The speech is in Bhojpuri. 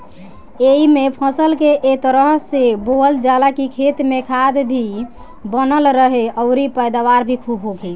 एइमे फसल के ए तरह से बोअल जाला की खेत में खाद भी बनल रहे अउरी पैदावार भी खुब होखे